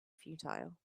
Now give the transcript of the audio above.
futile